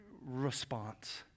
response